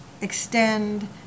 extend